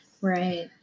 Right